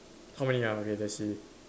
how many ah okay let's see